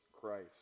Christ